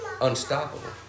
Unstoppable